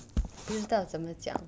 不知道怎么讲